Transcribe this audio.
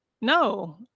no